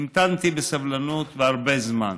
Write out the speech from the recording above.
המתנתי בסבלנות, והרבה זמן,